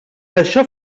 això